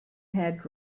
had